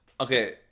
okay